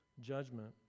judgment